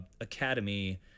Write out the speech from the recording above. academy